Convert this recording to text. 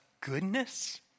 goodness